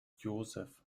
joseph